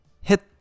hit